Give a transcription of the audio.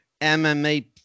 MMA